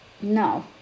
No